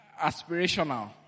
aspirational